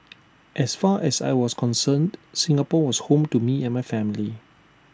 as far as I was concerned Singapore was home to me and my family